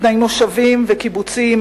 בני מושבים וקיבוצים,